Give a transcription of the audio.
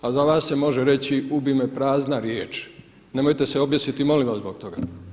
A za vas se može reći, ubi me prazna riječ, nemojte se objesiti molim vas zbog toga.